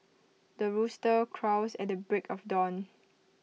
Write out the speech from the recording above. the rooster crows at the break of dawn